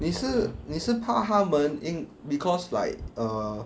你是你是怕它们因 because like err